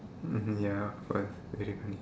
mmhmm ya but very funny